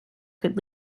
could